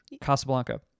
Casablanca